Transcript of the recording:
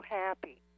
happy